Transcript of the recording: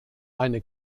eine